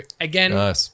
again